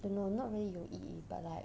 eh no not really 有意义 but like